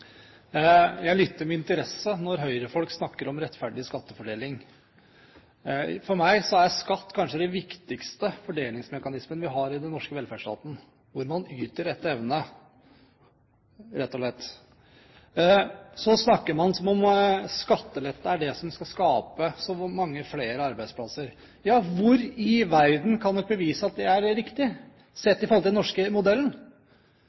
Jeg lytter med interesse når Høyre-folk snakker om rettferdig skattefordeling. For meg er skatt kanskje den viktigste fordelingsmekanismen vi har i den norske velferdsstaten, hvor man rett og slett yter etter evne. Man snakker som om skattelette er det som skal skape mange flere arbeidsplasser. Hvor i verden finner man bevis på at det er riktig, sett i forhold til den norske modellen?